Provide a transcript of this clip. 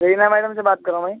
Zarina madam سے بات کر رہا ہوں میں